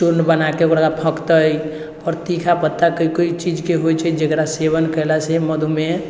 चूर्ण बनाके ओकरा फङ्कतै आओर तीखा पत्ता कोइ कोइ चीजके होइ छै जेकरा सेवन कयलासँ मधुमेह